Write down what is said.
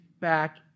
back